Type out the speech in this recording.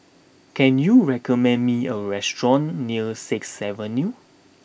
can you recommend me a restaurant near Sixth Avenue